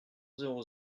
zéro